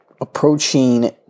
approaching